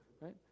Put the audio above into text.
right